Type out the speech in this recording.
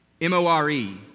M-O-R-E